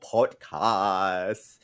Podcast